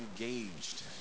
engaged